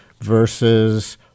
versus